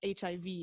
hiv